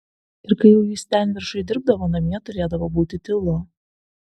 ir kai jau jis ten viršuj dirbdavo namie turėdavo būti tylu